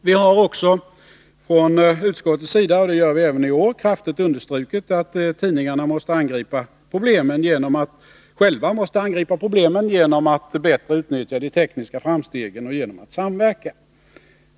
Vi har från utskottets sida — och det gör vi även i år — kraftigt understrukit att tidningarna själva måste angripa problemen genom att bättre utnyttja de tekniska framstegen och genom att samverka.